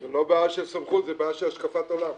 זאת לא בעיה של סמכות, זאת בעיה של השקפת עולם.